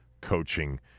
coaching